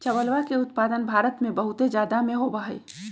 चावलवा के उत्पादन भारत में बहुत जादा में होबा हई